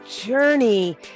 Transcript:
journey